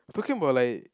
I talking about like